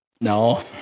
No